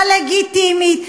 הלגיטימית,